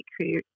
create